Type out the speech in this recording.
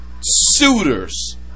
suitors